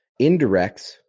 Indirects